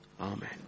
Amen